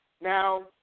Now